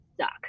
suck